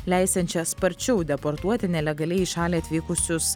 leisiančią sparčiau deportuoti nelegaliai į šalį atvykusius